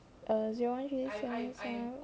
err zero one three seven seven